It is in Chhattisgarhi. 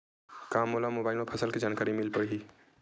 का मोला मोबाइल म फसल के जानकारी मिल पढ़ही?